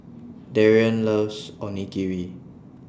Darrien loves Onigiri